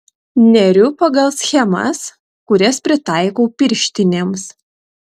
neriu pagal schemas kurias pritaikau pirštinėms